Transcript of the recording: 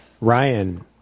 ryan